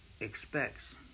expects